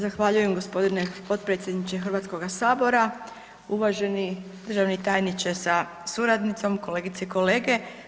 Zahvaljujem gospodine potpredsjedniče Hrvatskoga sabora, uvaženi državni tajniče sa suradnicom, kolegice i kolege.